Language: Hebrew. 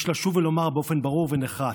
יש לשוב ולומר באופן ברור ונחרץ: